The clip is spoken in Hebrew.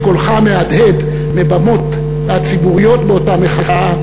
קולך המהדהד מהבמות הציבוריות באותה מחאה,